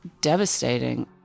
devastating